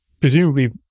presumably